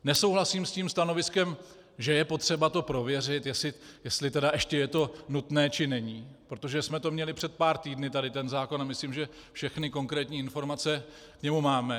Nesouhlasím s tím stanoviskem, že je potřeba to prověřit, jestli tedy ještě je to nutné, či není, protože jsme to měli před pár týdny tady, ten zákon, a myslím, že všechny konkrétní informace k němu máme.